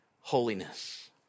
holiness